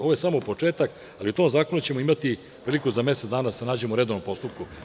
Ovo je samo početak, ali o tom zakonu ćemo imati priliku da se nađemo u redovnom postupku.